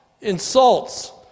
insults